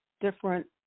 different